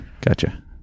Gotcha